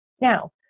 Now